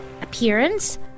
Appearance